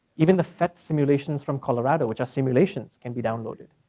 even the phet simulations from colorado, which are simulations, can be downloaded.